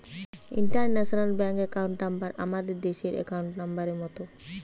international bank account number আমাদের দেশের account নম্বরের মত